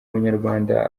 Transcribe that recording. munyarwanda